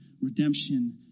redemption